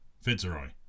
Fitzroy